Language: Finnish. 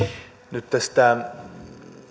nyt tästä